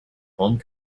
home